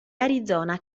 arizona